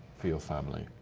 for your family?